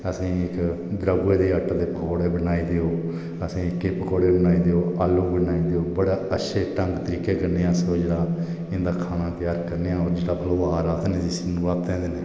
असेंगी इक दड़ौऐ दे पकौड़े बनाई देओ असेंगी ओह्कड़ा पकौड़ बनाई देओ आलू बनाई देओ बड़ा अच्छे ढंग तरीके कन्नै अस कोई इदां खाना त्यार करने आं जियां हून फलवार ऐ जिसी आखदे ना